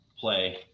play